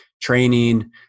Training